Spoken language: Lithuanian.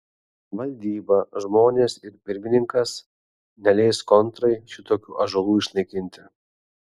valdyba žmonės ir pirmininkas neleis kontrai šitokių ąžuolų išnaikinti